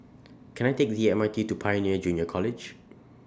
Can I Take The M R T to Pioneer Junior College